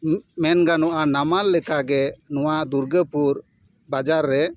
ᱢᱮᱱᱜᱟᱱᱚᱜᱼᱟ ᱱᱟᱢᱟᱞ ᱞᱮᱠᱟ ᱜᱮ ᱱᱚᱣᱟ ᱫᱩᱨᱜᱟᱹᱯᱩᱨ ᱵᱟᱡᱟᱨ ᱨᱮ